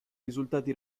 risultati